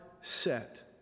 set